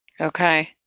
Okay